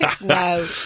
No